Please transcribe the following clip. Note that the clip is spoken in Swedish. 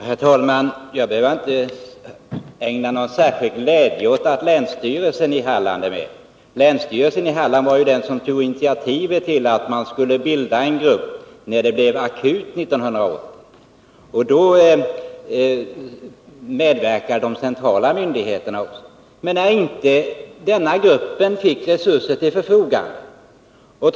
Herr talman! Jag känner inte någon särskild glädje över att länsstyrelsen i Halland är med. När läget blev akut 1980, tog ju länsstyrelsen i Halland initiativet till bildandet av en grupp, och då medverkade även de centrala myndigheterna. Gruppen fick emellertid inga resurser.